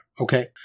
okay